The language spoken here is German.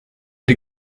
die